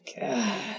God